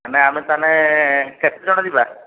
ଆମେ ଆମେ ତାହାଲେ କେତେଜଣ ଯିବା